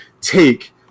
take